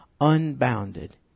Unbounded